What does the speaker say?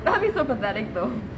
that'll be so pathetic though